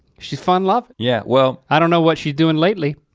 she's fun love. yeah, well. i don't know what she doing lately.